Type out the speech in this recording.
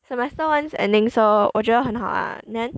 semester one's ending so 我觉得很好啊 then